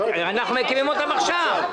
אנחנו מקימים אותה עכשיו.